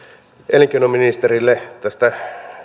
elinkeinoministerille tästä